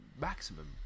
maximum